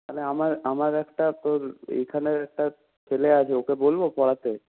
তাহলে আমার আমার একটা তোর এইখানের একটা ছেলে আছে ওকে বলব পড়াতে